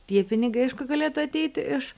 tie pinigai aišku galėtų ateiti iš